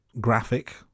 graphic